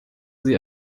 sie